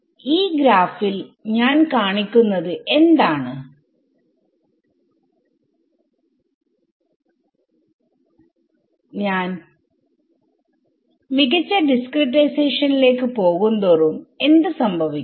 ഈ ഗ്രാഫിൽ ഞാൻ കാണിക്കുന്നത് എന്താണ് ഞാൻ മികച്ച ഡിസ്ക്രിടൈസേഷനിലേക്ക് പോകുന്തോറും എന്ത് സംഭവിക്കും